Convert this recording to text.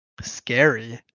Scary